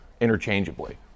interchangeably